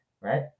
right